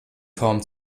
kaum